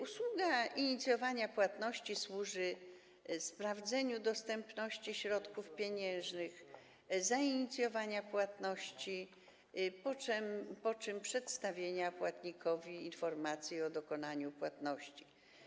Usługa inicjowania płatności służy sprawdzeniu dostępności środków pieniężnych, zainicjowaniu płatności, po czym przedstawieniu płatnikowi informacji o dokonaniu płatności.